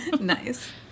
Nice